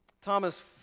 Thomas